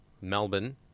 Melbourne